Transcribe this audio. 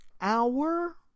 hour